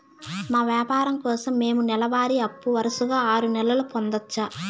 మా వ్యాపారం కోసం మేము నెల వారి అప్పు వరుసగా ఆరు నెలలు పొందొచ్చా?